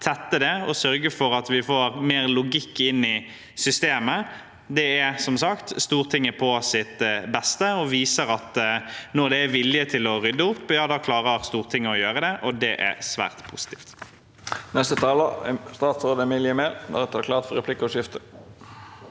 tette det og sørge for at vi får mer logikk inn i systemet. Det er som sagt Stortinget på sitt beste, og viser at når det er vilje til å rydde opp, da klarer Stortinget å gjøre det, og det er svært positivt. Statsråd Emilie Mehl Først vil jeg si